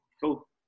Cool